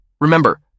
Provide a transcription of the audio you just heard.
Remember